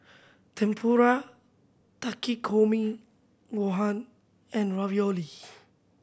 Tempura Takikomi Gohan and Ravioli